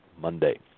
Monday